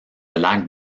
lac